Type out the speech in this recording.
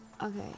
Okay